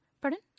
Pardon